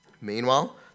Meanwhile